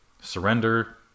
surrender